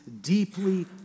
deeply